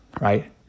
right